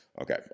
Okay